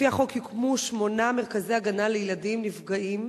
לפי החוק יוקמו שמונה מרכזי הגנה לילדים נפגעים